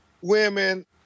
women